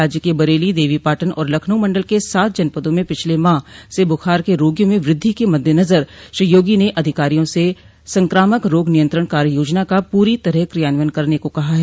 राज्य के बरेली देवी पाटन और लखनऊ मंडल के सात जनपदों में पिछले माह से बुखार के रोगियों में वृद्धि के मद्दनजर श्री योगी ने अधिकारियों से संक्रामक रोग नियंत्रण कार्य योजना का पूरी तरह क्रियान्वयन करने को कहा है